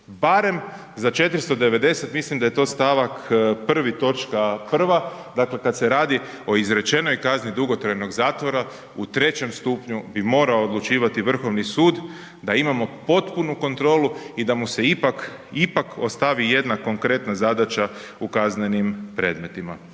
barem za 490, mislim da je to stavak 1., točka 1., dakle kada se radi o izrečenoj kazni dugotrajnog zatvora u trećem stupnju bi morao odlučivati Vrhovni sud da imamo potpunu kontrolu i da mu se ipak, ipak ostavi jedna konkretna zadaća u kaznenim predmetima.